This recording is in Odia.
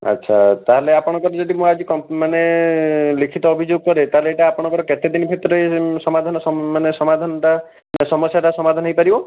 ଆଚ୍ଛା ତା'ହେଲେ ଆପଣଙ୍କର ଯଦି ମୁଁ ଆଜି ମାନେ ଲିଖିତ ଅଭିଯୋଗ କରେ ତା'ହେଲେ ଏଇଟା ଆପଣଙ୍କର କେତେ ଦିନ ଭିତରେ ସମାଧାନ ସମା ମାନେ ସମାଧାନଟା ସମସ୍ୟାଟା ସମାଧାନ ହେଇପାରିବ